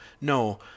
No